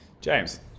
James